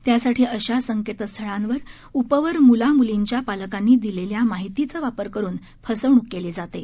त्यासाठी अशा संकेतस्थळांवर उपवर म्ला म्लींच्या पालकांनी दिलेली माहितीचा वापर करून फसवण्क केली जाते